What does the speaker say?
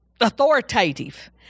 authoritative